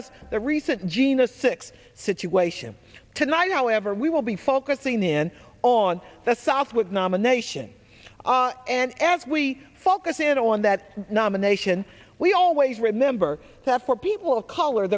as the recent jena six situation tonight however we will be focusing in on the southwick nomination and as we focus in on that nomination we always remember that for people of color